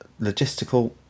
logistical